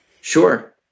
Sure